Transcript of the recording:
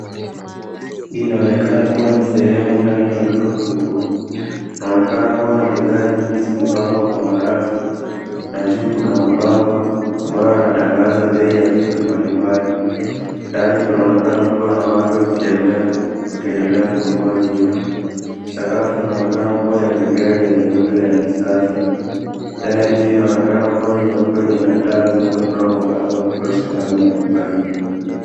Hii inaonekana kuwa ni sehemu ndani ya duka kubwa. Kunaonekana kuwa na bidhaa nyingi zimepangwa kwa marafu na juu kuna mabango ambayo yanatangaza bei ya vitu mbalimbali. Ndani kunaonekana kuwa na watu wakitembea wakiendelea kununua vitu. Sakafu inaonekana kuwa ya vigae vya nyeupe na ni safi. Dari juu inaonekana kuwa nyeupe na ina taa zinazotoa mwangaza wa kutosha ndani ya duka hili.